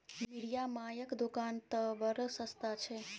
मिरिया मायक दोकान तए बड़ सस्ता छै